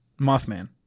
Mothman